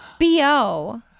BO